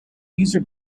user